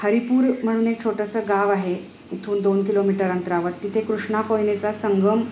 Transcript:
हरिपूर म्हणून एक छोटंसं गाव आहे इथून दोन किलोमीटर अंतरावर तिथे कृष्णा कोयनेचा संगम